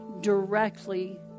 directly